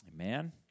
Amen